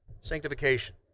Sanctification